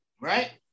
Right